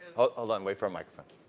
hold on, wait for a microphone.